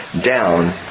down